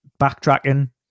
backtracking